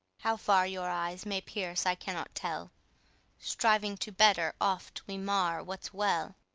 how far your eyes may pierce i cannot tell striving to better oft we mar what's well.